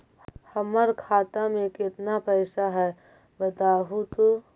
हमर खाता में केतना पैसा है बतहू तो?